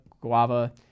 guava